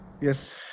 Yes